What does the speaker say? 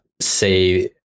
say